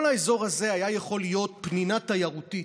כל האזור הזה היה יכול להיות פנינה תיירותית,